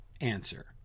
answer